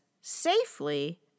safely